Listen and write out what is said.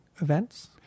events